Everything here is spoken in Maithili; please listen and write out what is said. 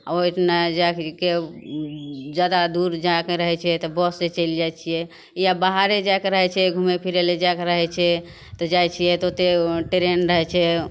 आओर ओहिठाम जाएके या जादा दूर जाके रहै छै तऽ बससे चलि जाइ छिए या बाहरे जाएके रहै छै घुमे फिरै ले जाएके रहै छै तऽ जाइ छिए तऽ ओतए ट्रेन रहै छै